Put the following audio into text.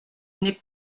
n’est